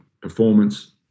performance